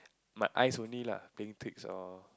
my eyes only lah playing tricks or